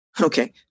Okay